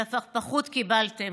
והפכפכות קיבלתם.